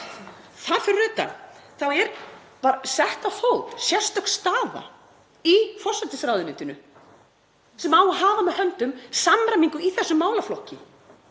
Þar fyrir utan er sett á fót sérstök staða í forsætisráðuneytinu sem á að hafa með höndum samræmingu í þessum málaflokki.